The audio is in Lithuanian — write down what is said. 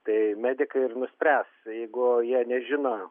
tai medikai ir nuspręs jeigu jie nežino